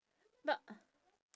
but